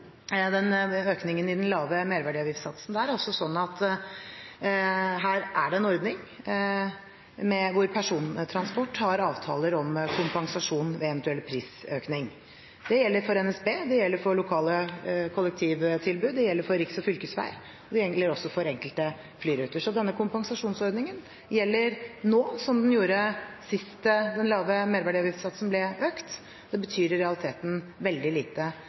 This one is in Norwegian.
økningen i den lave merverdiavgiftssatsen. Det er altså slik at her er det en ordning hvor persontransport har avtaler om kompensasjon ved eventuell prisøkning. Det gjelder for NSB, det gjelder for lokale kollektivtilbud, det gjelder for riks- og fylkesveier. Det gjelder egentlig også for enkelte flyruter. Så denne kompensasjonsordningen gjelder nå, som den gjorde sist den lave merverdiavgiftssatsen ble økt, og betyr i realiteten veldig lite